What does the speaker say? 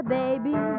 baby